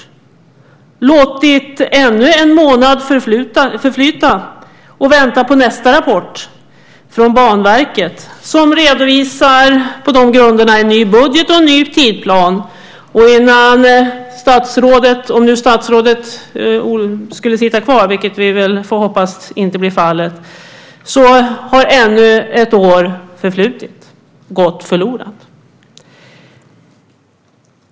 Hon har låtit ännu en månad förflyta och väntar på nästa rapport från Banverket, som på de grunderna redovisar en ny budget och en ny tidsplan. Om nu statsrådet skulle sitta kvar, vilket vi får hoppas inte blir fallet, har ännu ett år förflutit, gått förlorat.